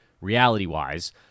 reality-wise